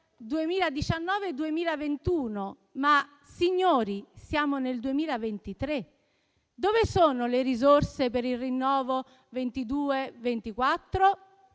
2019-2021: ma, signori, siamo nel 2023. Dove sono le risorse per il rinnovo 2022-2024?